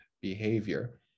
behavior